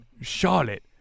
charlotte